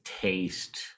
taste